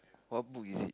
what book is